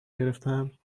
گرفتن